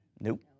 Nope